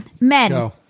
Men